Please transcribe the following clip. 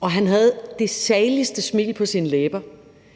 og han havde det saligste smil på sine læber.